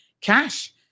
cash